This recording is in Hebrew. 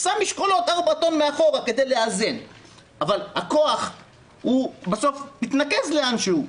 שם משקולות של ארבעה טון מאחורה כדי לאזן אבל הכוח בסוף מתנקז לאן שהוא,